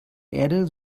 erde